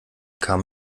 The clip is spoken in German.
kam